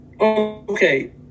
okay